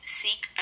seek